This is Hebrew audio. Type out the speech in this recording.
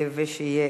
נעבור